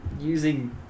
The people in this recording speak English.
using